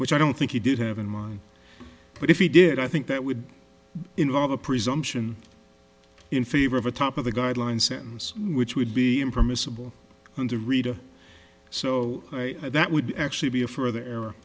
which i don't think he did have in mind but if he did i think that would involve a presumption in favor of a top of the guideline sentence which would be impermissible on the reader so that would actually be a further er